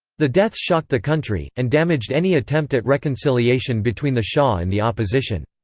the deaths shocked the country, and damaged any attempt at reconciliation between the shah and the opposition.